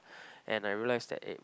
and I realise that eh